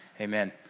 Amen